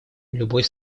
любой